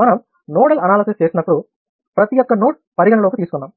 మనం nodal analysis చేసినప్పుడు ప్రతి యొక్క నోడ్ పరిగణలోకి తీసుకున్నాము